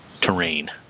terrain